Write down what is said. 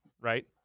right